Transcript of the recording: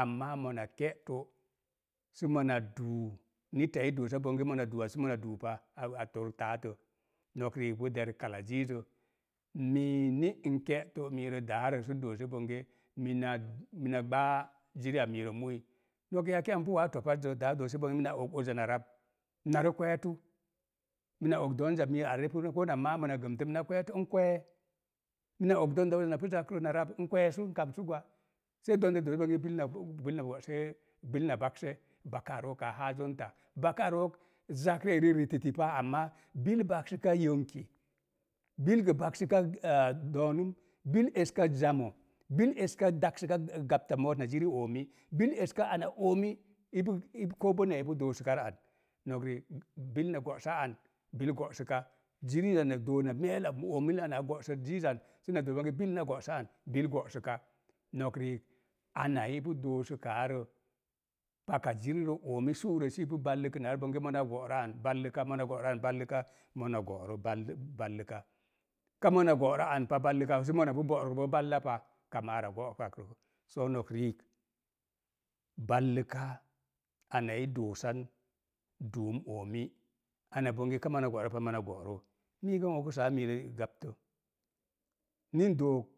Amaa mona ke’ to', sə mona duu, nita i doosa bonge mona duuat, si mona duu pa, a a torək taatə. Nok riik npu derək ziiza, mii ni nke’ to’ miiro daarə si doose bonge, mina mina gbaa ziri a miirə mu'ui. Nok npu wa topaz zə, daa doose bonge mina og uza na rab, mina re kweetu. Mina og doonza a miiro arepuz ko na maamə na gəmtə, mina kwetu, n kwee. Mina og donda uza napu zakrə na rab, n. kweesu n kamsu gwa, sai donda doose bonge, bil na bo bil na bo bil na bosee, bil na bakse. Bakaa rook a haa. Bakaa rook zak ri'eri rititti pa, amaa bil baksəka, bil gə baksəka aa, do̱o̱nəm, bil eska, bil eska daksəka gabta moot na ziri oomi. Bil eska ana oomi, ipu ipu ko boneya ipu doosəka rə an, nok riik, bil na go'sa an, bil go'səka. Ziiza na doo na meel a oomil ana go'sa ziizan, səna bonge, bil na go'sa an, bil go'sə ka-nok riik, ana i pu doosukaa rə, paka jiri rə oomi su'rə si ipu baləkənaa rə, bonge mona go'rə an mona go'rə an, mona go'rə. Mona go'ra. Ka mona go'rə anpa, sə mona pu go'rəkro bo, kama ava go'pakrə. Soo nok riik, ana i doosan, duum oomi. Ana bonge kamona go'rə pan mona go'ral, mii gə n okusaa miirə gabtə. Ni n dook,